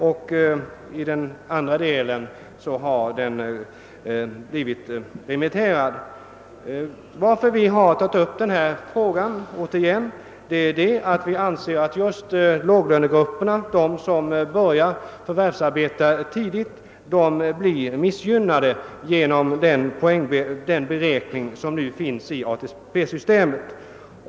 Anledningen till att vi återigen har tagit upp dessa frågor är att vi anser att just låglönegrupperna — de som börjar förvärvsarbeta tidigt — blir missgynnade genom den poängberäkning som nu finns i ATP-systemet.